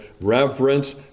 reverence